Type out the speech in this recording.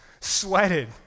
sweated